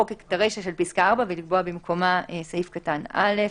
(4) ולקבוע במקומה סעיף קטן (א).